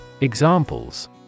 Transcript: Examples